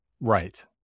right